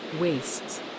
wastes